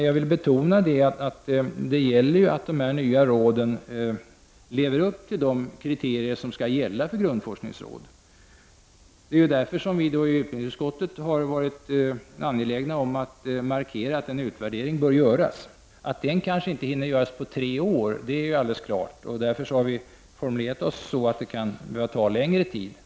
Jag vill dock betona att det är viktigt att de nya råden lever upp till de kriterier som skall gälla för grundforskningsråd. Därför var vi i utbildningsutskottet angelägna om att markera att en utvärdering bör göras. Det är klart att man inte hinner göra en sådan på tre år. Därför har vi använt formuleringen att det kan behövas en längre tid.